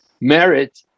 merit